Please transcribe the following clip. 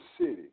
city